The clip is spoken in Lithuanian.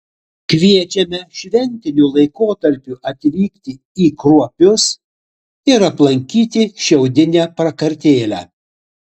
kviečiame šventiniu laikotarpiu atvykti į kruopius ir aplankyti šiaudinę prakartėlę